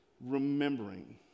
remembering